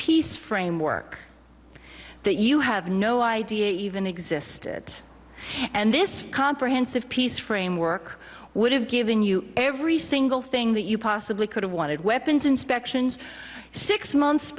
peace framework that you have no idea even existed and this comprehensive peace framework would have given you every single thing that you possibly could have wanted weapons inspections six months